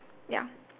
ya